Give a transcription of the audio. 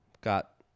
got